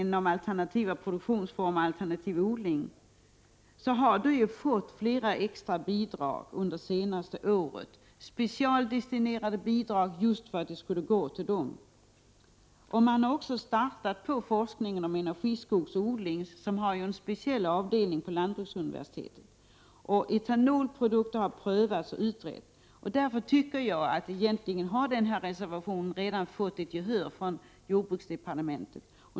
Inom dessa områden har man ju fått flera extra bidrag Prot. 1988/89:44 under det senaste året — det har varit specialdestinerade bidrag som gått just 13 december 1988 hit. Forskningen om energiskogsodling har också startats på lantbruksuniversitetet, där det finns en speciell avdelning härför. Det har gjorts en prövning och en utredning i fråga om etanolprodukter, och därför anser jag att synpunkterna i reservationen redan fått gehör hos jordbruksdepartementet.